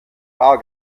bar